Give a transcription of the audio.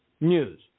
news